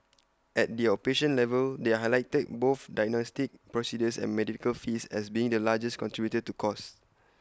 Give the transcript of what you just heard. at the outpatient level they highlighted both diagnostic procedures and medical fees as being the largest contributor to costs